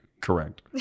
Correct